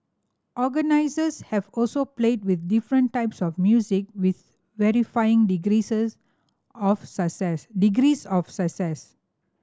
organisers have also played with different types of music with varying of success degrees of success